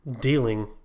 dealing –